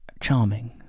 charming